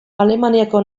alemaniako